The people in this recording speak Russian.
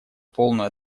полную